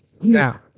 Now